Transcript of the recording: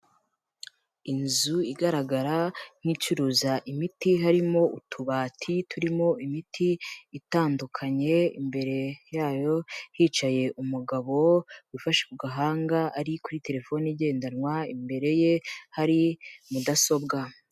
Inzu igaragara nk'icuruza imiti, harimo utubati turimo imiti itandukanye, imbere yayo hicaye umugabo wifashe ku gahanga ari kuri terefone igendanwa, imbere ye hari mudasobwa.